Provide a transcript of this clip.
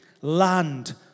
land